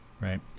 Right